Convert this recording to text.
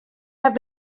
have